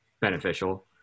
beneficial